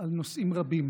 על נושאים רבים